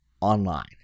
online